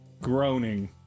groaning